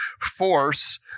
force